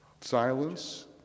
Silence